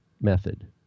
Method